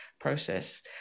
process